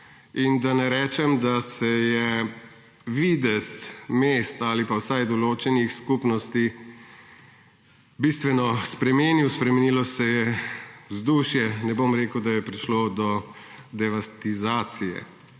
Da ne rečem, da se je videz mest ali pa vsaj določenih skupnosti bistveno spremenil, spremenilo se je vzdušje. Ne bom rekel, da je prišlo do devastacije